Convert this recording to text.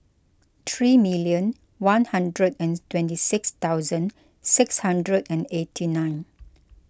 three million one hundred and twenty six thousand six hundred and eighty nine